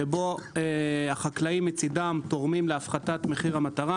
שבו החקלאים תורמים להפחתת מחיר המטרה.